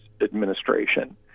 administration